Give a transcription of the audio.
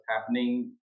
happening